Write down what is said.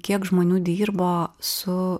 kiek žmonių dirbo su